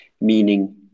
meaning